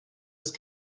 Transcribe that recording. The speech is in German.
ist